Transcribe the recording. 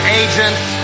agents